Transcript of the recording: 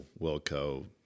Wilco